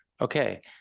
Okay